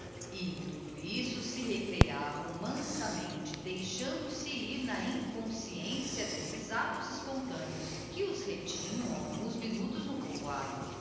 em tudo isso se recreiavam mansamente deixando-se ir na inconscencia d'esses actos espontâneos que os retinham alguns minutos no povoado